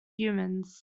humans